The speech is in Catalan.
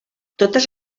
totes